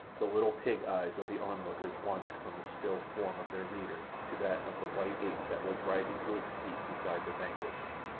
the little pig-eyes of the onlookers wandered from the still form of their leader to that of the white ape that was rising to its feet beside the vanquished,